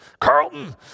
Carlton